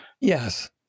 Yes